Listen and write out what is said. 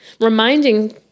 Reminding